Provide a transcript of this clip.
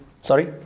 Sorry